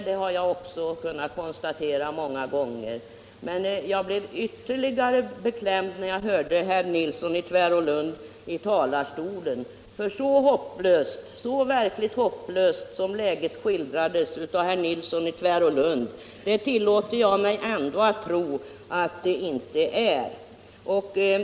Det har jag kunnat konstatera många gånger, men jag blev ytterligt beklämd när jag lyssnade till herr Nilsson i Tvärålund i talarstolen. Så verkligt hopplöst som läget skildrades av herr Nilsson i Tvärålund tillåter jag mig att tro att det ändå inte är.